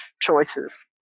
choices